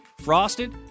frosted